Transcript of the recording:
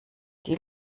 die